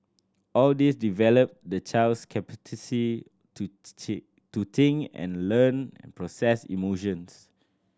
all this develop the child's capacity to to think and learn process emotions